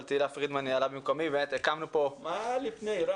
אבל תהלה פרידמן ניהלה במקומי,